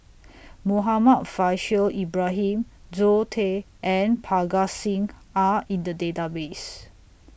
Muhammad Faishal Ibrahim Zoe Tay and Parga Singh Are in The Database